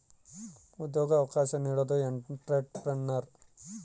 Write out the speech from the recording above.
ಉದ್ಯೋಗ ಅವಕಾಶ ನೀಡೋದು ಎಂಟ್ರೆಪ್ರನರ್